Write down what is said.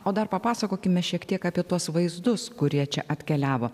o dar papasakokime šiek tiek apie tuos vaizdus kurie čia atkeliavo